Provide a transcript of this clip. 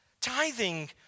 Tithing